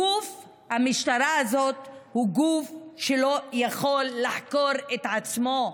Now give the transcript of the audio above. המשטרה הזאת היא גוף שלא יכול לחקור את עצמו,